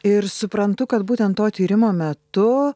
ir suprantu kad būtent to tyrimo metu